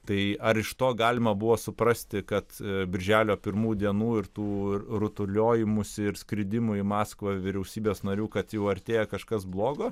tai ar iš to galima buvo suprasti kad birželio pirmų dienų ir tų rutuliojimųsi ir skridimų į maskvą vyriausybės narių kad jau artėja kažkas blogo